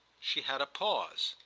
she had a pause.